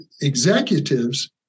executives